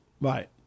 Right